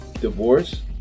divorce